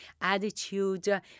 Attitude